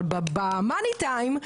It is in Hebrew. אבל במאני טיים,